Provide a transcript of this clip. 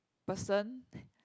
person